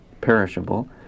perishable